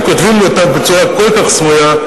וכותבים לי אותם בצורה כל כך סמויה,